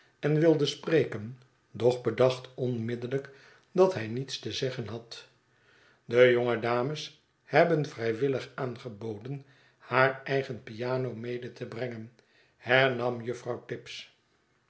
en wilde spreken doch bedacht onmiddellijk dat hij niets te zeggen had de jonge dames hebben vrijwillig aangeboden haar eigen piano mede te brengen hernam juffrouw tibbs